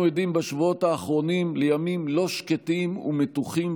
אנו עדים בשבועות האחרונים לימים לא שקטים ומתוחים,